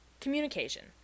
communication